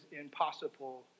impossible